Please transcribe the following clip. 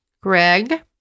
Greg